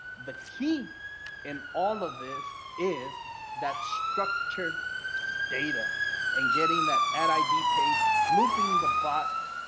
the key in all of this is that structured data and getting that ad id page, looping the bot,